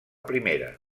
primera